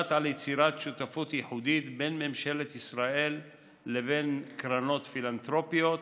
הוחלט על יצירת שותפות ייחודית בין ממשלת ישראל לבין קרנות פילנתרופיות